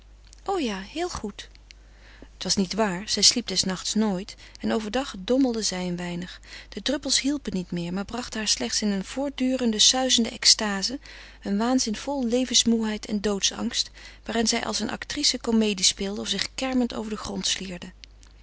o ja heel goed het was niet waar zij sliep des nachts nooit en overdag dommelde zij een weinig de druppels hielpen niet meer maar brachten haar slechts in eene voortdurende suizende extaze een waanzin vol levensmoêheid en doodsangst waarin zij als een actrice comedie speelde of zich kermend over den grond slierde